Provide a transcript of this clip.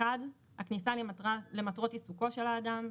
הכניסה היא למטרת עיסוקו של האדם,